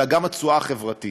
אלא גם התשואה החברתית.